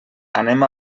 anem